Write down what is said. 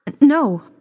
No